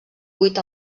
vuit